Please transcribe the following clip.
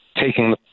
taking